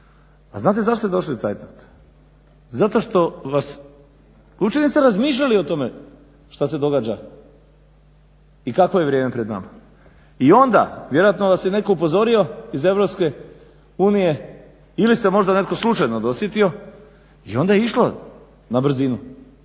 A znate zašto ste došli u zeitnot? Zato što vas uopće niste razmišljali o tome šta se događa i kakvo je vrijeme pred nama. I onda, vjerojatno nas je netko upozorio iz EU ili se možda netko slučajno dosjetio i onda je išlo na brzinu.